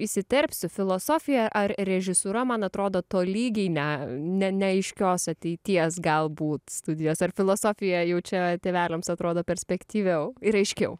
įsiterpsiu filosofija ar režisūra man atrodo tolygiai ne ne neaiškios ateities galbūt studijos ar filosofija jau čia tėveliams atrodo perspektyviau ir aiškiau